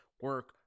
Work